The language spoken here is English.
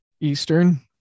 Eastern